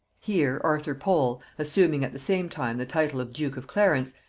here arthur pole, assuming at the same time the title of duke of clarence,